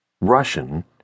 Russian